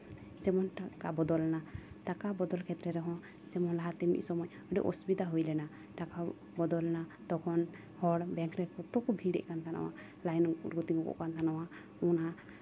ᱡᱮᱢᱚᱱ ᱴᱟᱠᱟ ᱵᱚᱫᱚᱞᱮᱱᱟ ᱴᱟᱠᱟ ᱵᱚᱫᱚᱞ ᱠᱷᱮᱛᱨᱮ ᱨᱮᱦᱚᱸ ᱡᱮᱢᱚᱱ ᱞᱟᱦᱟᱛᱮ ᱢᱤᱫ ᱥᱚᱢᱚᱭ ᱟᱹᱰᱤ ᱚᱥᱩᱵᱤᱫᱷᱟ ᱦᱩᱭ ᱞᱮᱱᱟ ᱴᱟᱠᱟ ᱵᱚᱫᱚᱞ ᱮᱱᱟ ᱛᱚᱠᱷᱚᱱ ᱦᱚᱲ ᱵᱮᱝᱠ ᱨᱮ ᱥᱚᱠᱛᱚ ᱠᱚ ᱵᱷᱤᱲ ᱮᱫ ᱛᱟᱦᱮᱱᱟ ᱞᱟᱭᱤᱱ ᱨᱮᱠᱚ ᱛᱤᱸᱜᱩ ᱠᱚᱜ ᱠᱟᱱ ᱛᱟᱦᱮᱱᱟ ᱚᱱᱟ